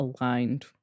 aligned